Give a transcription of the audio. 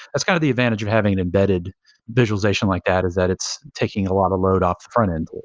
that's kind of the advantage of having an embedded visualization like that is that it's taking a lot of load off the front-end